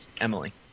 Emily